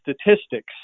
statistics